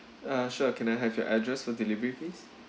uh sure can I have your address for delivery please